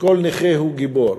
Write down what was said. שכל נכה הוא גיבור.